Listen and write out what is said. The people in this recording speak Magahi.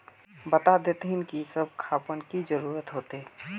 बता देतहिन की सब खापान की जरूरत होते?